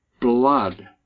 blood